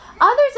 Others